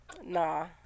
Nah